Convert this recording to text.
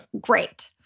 great